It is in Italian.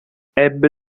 ebbe